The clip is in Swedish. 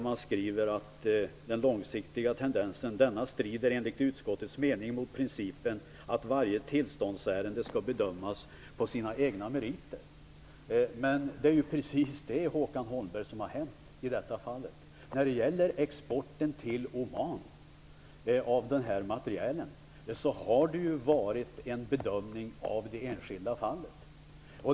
Man skriver att den långsiktiga tendensen strider enligt utskottets mening mot principen att varje tillståndsärende skall bedömas på sina egna meriter. Men det är ju precis det som har skett i det här fallet. Angående exporten till Oman av denna materiel har det gjorts en bedömning av det enskilda fallet.